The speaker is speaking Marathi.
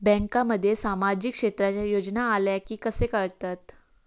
बँकांमध्ये सामाजिक क्षेत्रांच्या योजना आल्या की कसे कळतत?